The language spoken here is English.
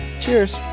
Cheers